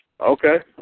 okay